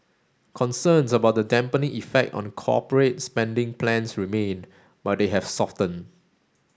concerns about the dampening effect on the corporate spending plans remain but they have softened